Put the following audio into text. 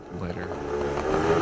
later